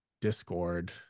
discord